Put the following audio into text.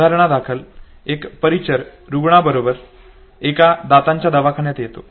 उदाहरणादाखल एक परिचर रुग्णाबरोबर एका दातांच्या दवाखान्यात येतो